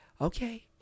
okay